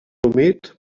humit